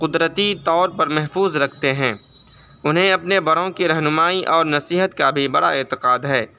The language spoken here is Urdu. قدرتی طور پر محفوظ رکھتے ہیں انہیں اپنے بڑوں کی رہنمائی اور نصیحت کا بھی بڑا اعتقاد ہے